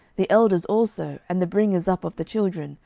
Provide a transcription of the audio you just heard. the elders also, and the bringers up of the children,